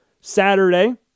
Saturday